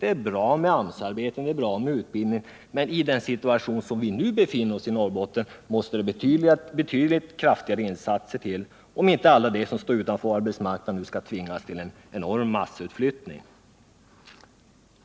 Det är bra med AMS-arbeten. Det är bra med utbildning. Men i den situation Norrbotten nu befinner sig i måste betydligt kraftigare insatser till, om inte alla de som står utanför arbetsmarknaden skall tvingas till massutflyttning.